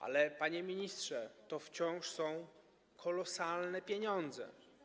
Ale, panie ministrze, to wciąż są kolosalne pieniądze.